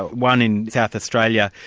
but one in south australia,